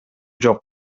жок